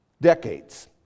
decades